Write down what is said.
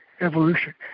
evolution